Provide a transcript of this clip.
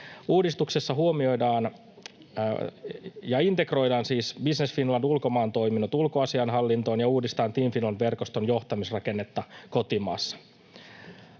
Uudistuksessa huomioidaan ja integroidaan siis Business Finland -ulkomaantoiminnot ulkoasiainhallintoon ja uudestaan Team Finland -verkoston johtamisrakennetta kotimaassa.